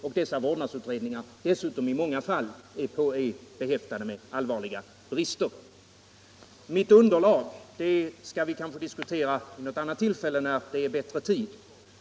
Och dessa utredningar är dessutom i många fall behäftade med allvarliga brister. Mitt underlag skall vi kanske diskutera vid något annat tillfälle när det är bättre tid.